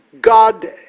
God